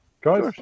guys